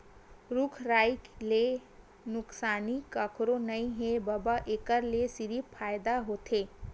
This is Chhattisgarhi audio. रूख राई ले नुकसानी कखरो नइ हे बबा, एखर ले सिरिफ फायदा होथे